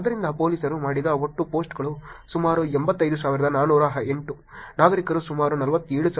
ಆದ್ದರಿಂದ ಪೊಲೀಸರು ಮಾಡಿದ ಒಟ್ಟು ಪೋಸ್ಟ್ಗಳು ಸುಮಾರು 85408 ನಾಗರಿಕರು ಸುಮಾರು 47474